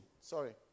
sorry